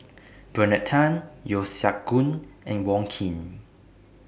Bernard Tan Yeo Siak Goon and Wong Keen